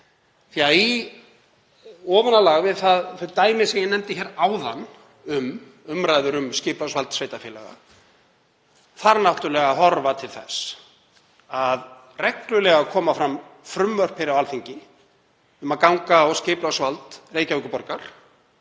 því að í ofanálag við það dæmi sem ég nefndi hér áðan, um umræður um skipulagsvald sveitarfélaga, þarf náttúrlega að horfa til þess að reglulega koma fram frumvörp hér á Alþingi um að ganga á skipulagsvald Reykjavíkurborgar